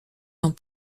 dans